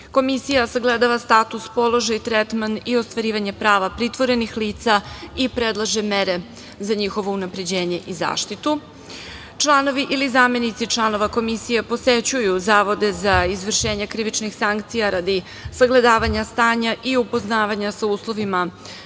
Komisija sagledava status, položaj, tretman i ostvarivanje prava pritvorenih lica i predlaže mere za njihovo unapređenje i zaštitu. Članovi ili zamenici članova Komisije posećuju zavode za izvršenje krivičnih sankcija radi sagledavanja stanja i upoznavanja sa uslovima